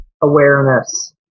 awareness